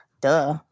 duh